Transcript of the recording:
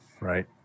right